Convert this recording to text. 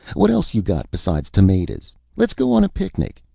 what else you got besides tamadas? let's go on a picnic.